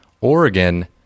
Oregon